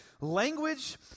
language